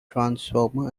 transformer